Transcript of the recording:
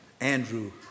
Andrew